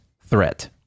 threat